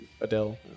Adele